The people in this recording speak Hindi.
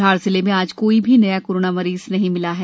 धार जिले में आज कोई भी नया कोरोना मरीज नही मिला हैं